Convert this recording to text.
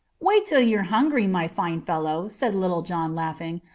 wait till you're hungry, my fine fellow, said little john, laughing.